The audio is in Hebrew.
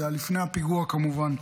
זה היה לפני הפיגוע כמובן.